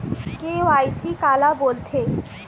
KYC काला बोलथें?